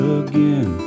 again